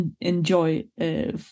enjoy